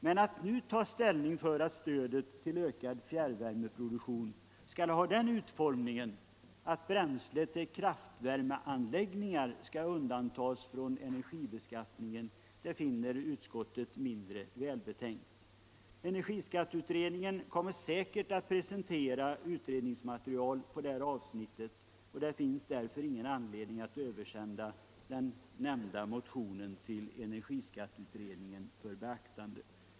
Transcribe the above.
Men att nu ta ställning för att stödet till ökad fjärrvärmeproduktion skall ha den utformningen att bränslet till kraftvärmeanläggningar skall undantas från energibeskattning finner utskottet mindre välbetänkt. Energiskatteutredningen kommer säkert att presentera utredningsmaterial på det här avsnittet. Det finns därför inte anledning att översända den nämnda motionen till energiskatteutredningen för beaktande.